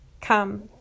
come